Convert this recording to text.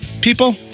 people